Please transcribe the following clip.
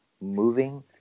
Moving